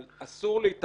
אבל אסור להתעלם